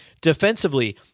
Defensively